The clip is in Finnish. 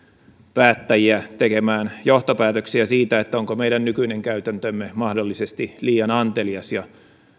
päättäjiä tekemään johtopäätöksiä siitä onko meidän nykyinen käytäntömme mahdollisesti liian antelias ja